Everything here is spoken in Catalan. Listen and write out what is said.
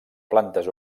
plantes